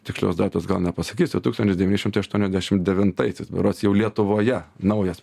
tikslios datos gal nepasakysiu tūkstantis devyni šimtai aštuoniasdešim devintaisiais berods jau lietuvoje naujas